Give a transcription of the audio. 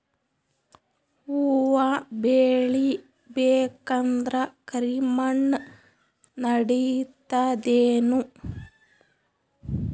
ಹುವ ಬೇಳಿ ಬೇಕಂದ್ರ ಕರಿಮಣ್ ನಡಿತದೇನು?